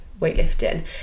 weightlifting